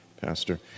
Pastor